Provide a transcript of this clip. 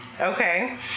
okay